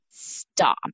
stop